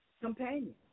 companion